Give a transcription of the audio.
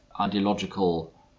ideological